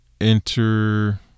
Enter